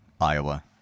Iowa